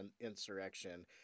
insurrection